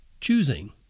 choosing